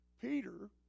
Peter